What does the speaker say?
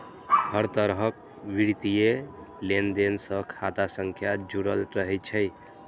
हर तरहक वित्तीय लेनदेन सं खाता संख्या जुड़ल रहै छै